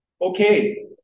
Okay